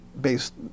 based